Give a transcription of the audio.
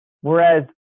whereas